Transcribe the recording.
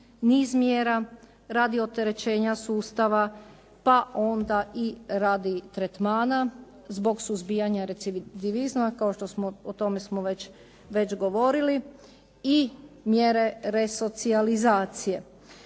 niz mjera radi opterećenja sustava pa onda i radi tretmana zbog suzbijanja recidivizma, o tome smo već govorili, i mjere resocijalizacije.